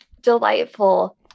delightful